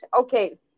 okay